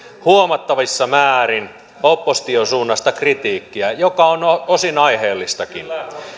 huomattavissa määrin opposition suunnasta kritiikkiä joka on osin aiheellistakin